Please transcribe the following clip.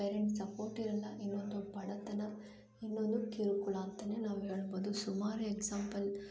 parents ಸಪೋರ್ಟಿರಲ್ಲ ಇನ್ನೊಂದು ಬಡತನ ಇನ್ನೊಂದು ಕಿರುಕುಳ ಅಂತಲೇ ನಾವು ಹೇಳ್ಬೋದು ಸುಮಾರು ಎಕ್ಸಾಂಪಲ್